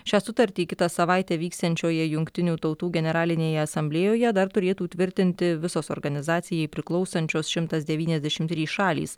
šią sutartį kitą savaitę vyksiančioje jungtinių tautų generalinėje asamblėjoje dar turėtų tvirtinti visos organizacijai priklausančios šimtas devyniasdešimt trys šalys